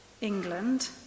England